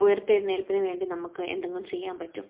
ഉയർത്തെഴുന്നേൽപ്പിന് വേണ്ടി നമുക്ക് എന്തെങ്കിലും ചെയ്യാൻ പറ്റൂ